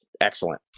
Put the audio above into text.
excellent